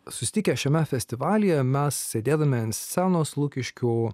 susitikę šiame festivalyje mes sėdėdami ant scenos lukiškių